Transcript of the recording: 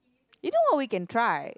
you know what we can try